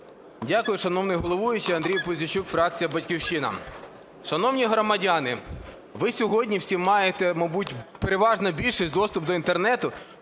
Дякую, шановний головуючий. Андрій Пузійчук, фракція "Батьківщина". Шановні громадяни, ви сьогодні всі маєте, мабуть, переважна більшість доступ до інтернету,